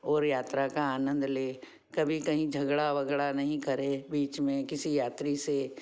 और यात्रा का आनंद ले कभी कहीं झगड़ा वगड़ा नहीं करें बीच में किसी यात्री से